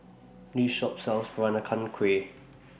This Shop sells Peranakan Kueh